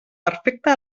perfecta